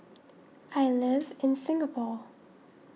I live in Singapore